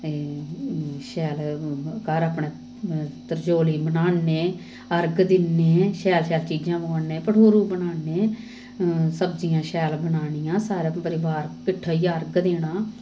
शैल घर अपनै तरचौली बनान्नें अर्घ दिन्नें शैल शैल चीजां मंगोआन्नें भठोरू बनान्नें सब्जियां शैल बनानियां सारे परिवार किट्ठा होइयै अर्घ देना